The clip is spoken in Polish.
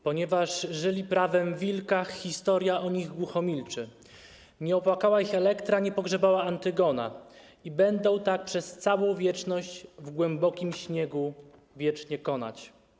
Ponieważ żyli prawem wilka/ historia o nich głucho milczy”, „nie opłakała ich Elektra/ nie pogrzebała Antygona/ i będą tak przez całą wieczność/ w głębokim śniegu wiecznie konać”